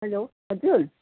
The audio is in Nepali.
हेलो हजुर